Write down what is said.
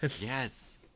Yes